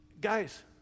Guys